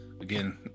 again